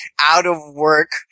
out-of-work